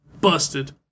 Busted